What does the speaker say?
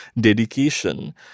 dedication